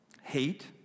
hate